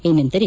ಏನೆಂದರೆ